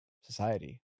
society